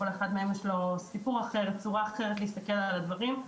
לכל אחד יש סיפור אחר וצורה אחרת להסתכל על הדברים,